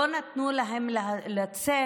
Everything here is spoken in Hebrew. לא נתנו להם לצאת,